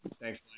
Thanks